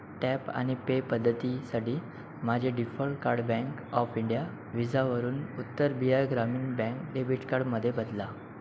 tap आणि pay पद्धतीसाठी माझे default card bank of India विझावरून उत्तर बिहार ग्रामीण बँक डेबिट कार्डमध्ये बदला